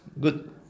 Good